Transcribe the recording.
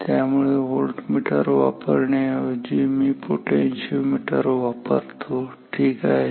त्यामुळे व्होल्टमीटर वापरण्याऐवजी मी पोटेन्शिओमीटर वापरतो ठीक आहे